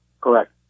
Correct